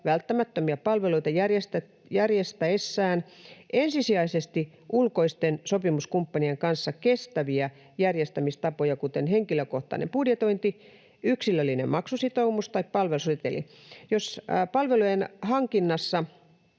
välttämättömiä palveluita järjestäessään ensisijaisesti ulkoisten sopimuskumppanien kanssa kestäviä järjestämistapoja, kuten henkilökohtainen budjetointi, yksilöllinen maksusitoumus tai palveluseteli. Jos palvelujen hankinnassa